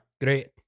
Great